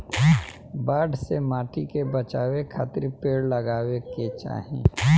बाढ़ से माटी के बचावे खातिर पेड़ लगावे के चाही